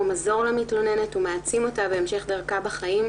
מזור למתלוננת ומעצים אותה בהמשך דרכה בחיים,